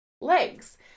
legs